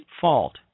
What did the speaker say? fault